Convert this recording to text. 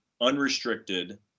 unrestricted